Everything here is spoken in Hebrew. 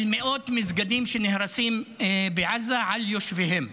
של מאות מסגדים שנהרסים בעזה על יושביהם.